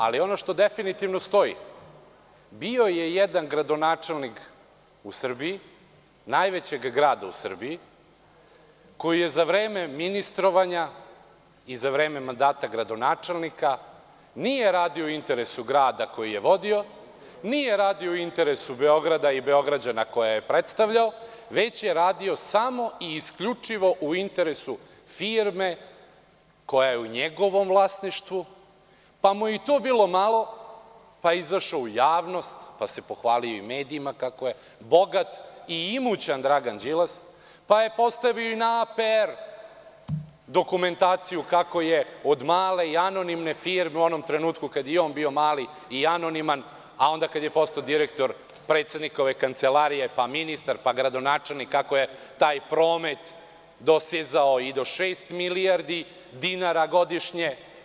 Ali, ono što definitivno stoji - bio je jedan gradonačelnik u Srbiji, najvećeg grada u Srbiji, koji za vreme ministrovanja i za vreme mandata gradonačelnika nije radio u interesu grada koji je vodio, nije radio u interesu Beograda i Beograđana koje je predstavljao, već je radio samo i isključivo u interesu firme koja je u njegovom vlasništvu, pa mu je i to bilo malo pa je izašao u javnost, pa se pohvalio i medijima kako je bogat i imućan Dragan Đilas, pa je postavio na APR dokumentaciju kako je od male i anonimne firme, u onom trenutku kad je on bio mali i anoniman, a onda kada je postao direktor predsednikove kancelarije, pa ministar, pa gradonačelnik, kako je taj promet dosezao i do šest milijardi dinara godišnje.